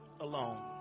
alone